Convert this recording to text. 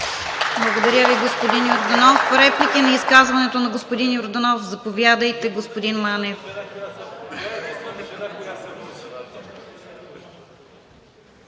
Благодаря Ви, господин Йорданов. Реплики към изказването на господин Йорданов? Заповядайте, господин Манев.